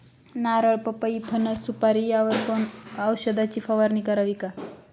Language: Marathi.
नारळ, पपई, फणस, सुपारी यावर औषधाची फवारणी करावी का?